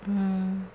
mm